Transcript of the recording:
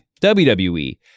WWE